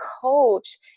coach